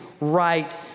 right